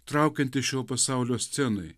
traukiantis šio pasaulio scenai